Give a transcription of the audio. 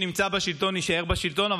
בשביל שמי שנמצא בשלטון יישאר בשלטון,